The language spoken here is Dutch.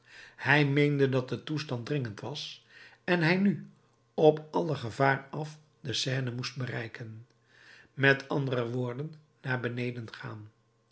hij meende dat de toestand dringend was en hij nu op alle gevaar af de seine moest bereiken met andere woorden naar beneden gaan